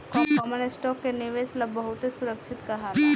common stock के निवेश ला बहुते सुरक्षित कहाला